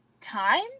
time